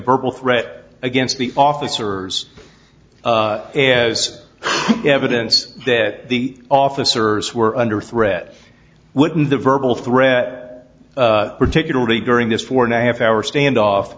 verbal threat against the officers as evidence that the officers were under threat wouldn't the verbal threat particularly growing this four and a half hour standoff